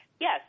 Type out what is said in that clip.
Yes